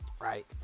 Right